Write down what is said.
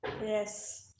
yes